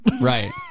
Right